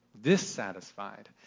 dissatisfied